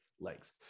legs